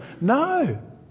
No